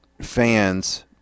fans